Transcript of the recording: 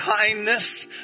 kindness